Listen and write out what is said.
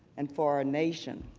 and for our nation.